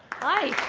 hi.